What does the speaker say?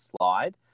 slide